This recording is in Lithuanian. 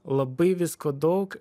labai visko daug